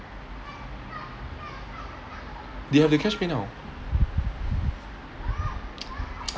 they have the cash PayNow